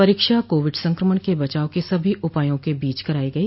परीक्षा कोविड संक्रमण से बचाव के सभी उपायों के बीच करायी गई